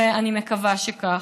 ואני מקווה שכך.